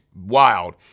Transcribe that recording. wild